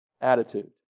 attitude